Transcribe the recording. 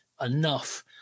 enough